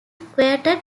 quoted